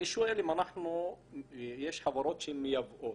יש חברות שמייבאות